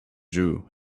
drew